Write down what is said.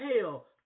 hell